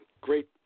great